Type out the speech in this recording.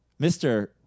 Mr